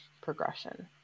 progression